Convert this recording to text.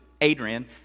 Adrian